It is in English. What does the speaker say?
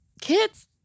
kids